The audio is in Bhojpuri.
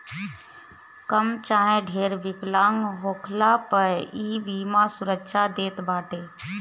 कम चाहे ढेर विकलांग होखला पअ इ बीमा सुरक्षा देत बाटे